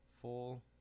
full